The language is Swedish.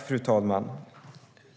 Fru talman!